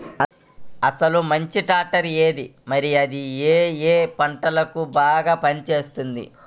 అసలు మంచి ట్రాక్టర్ ఏది మరియు అది ఏ ఏ పంటలకు బాగా పని చేస్తుంది?